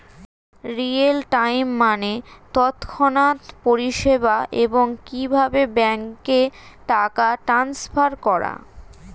real time মানে তৎক্ষণাৎ পরিষেবা, এবং কিভাবে ব্যাংকে টাকা ট্রান্সফার করা